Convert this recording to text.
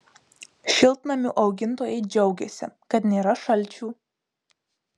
šiltnamių augintojai džiaugiasi kad nėra šalčių